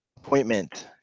Appointment